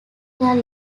care